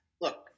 Look